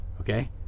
Okay